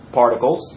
particles